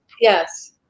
Yes